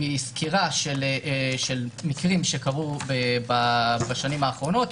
מסקירה של מקרים שקרו בשנים האחרונות,